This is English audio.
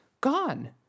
gone